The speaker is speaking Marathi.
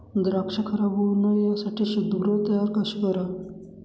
द्राक्ष खराब होऊ नये यासाठी शीतगृह तयार कसे करावे?